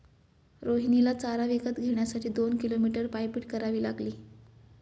रोहिणीला चारा विकत घेण्यासाठी दोन किलोमीटर पायपीट करावी लागली